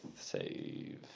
save